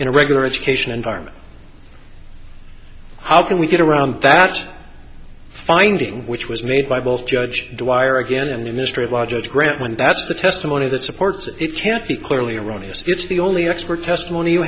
in a regular education environment how can we get around that finding which was made by both judge dwyer again and the ministry of law judge grant when that's the testimony that supports it can't be clearly erroneous it's the only expert testimony you